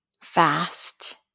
fast